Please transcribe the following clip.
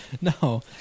No